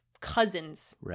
cousins